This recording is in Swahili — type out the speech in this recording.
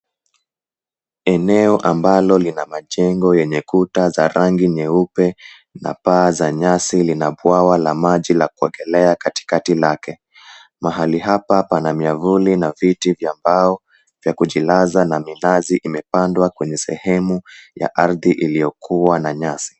Eneo ambalo lina majengo yenye kuta za rangi nyeupe na paa za nyasi lina bwawa la maji la kuogelea katikati lake. Mahali hapa pana miavuli na viti vya mbao vya kujilaza na minazi imepandwa kwenye sehemu ya ardhi iliyokuwa na nyasi.